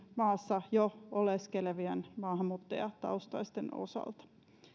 maassa jo oleskelevien maahanmuuttajataustaisten osalta